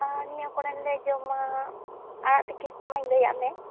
ᱟᱨ ᱱᱤᱭᱟᱹ ᱠᱚᱨᱮᱱ ᱞᱮ ᱡᱚᱢᱟ ᱟᱲᱟᱜ ᱛᱮᱠᱮ ᱠᱚᱢᱟᱹᱧ ᱞᱟᱹᱭᱟᱫ ᱢᱮ